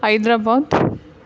Hyderabad